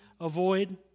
avoid